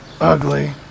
Ugly